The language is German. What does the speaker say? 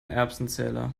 erbsenzähler